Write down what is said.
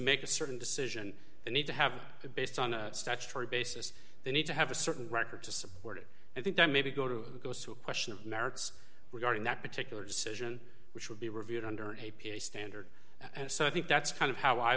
make a certain decision they need to have it based on a statutory basis they need to have a certain record to support it i think then maybe go to goes to a question of merits regarding that particular decision which would be reviewed under a p a standard and so i think that's kind of how i